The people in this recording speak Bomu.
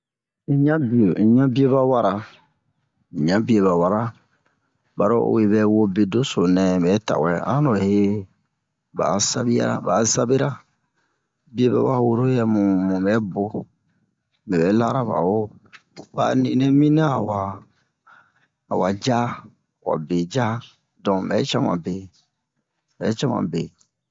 Un ɲa bio un ɲa bio ba wara un ɲa bio ba wara baro oyi vɛ we bedeso bɛ tawɛ an no ba'a sabia ba'a sabera bie ba wa woro le amu mu bɛ bo me bɛ lara ba wo ba'a ni nɛ mina awa a wa ja a wa be ja don mi bɛ can ba be mi bɛ can ba be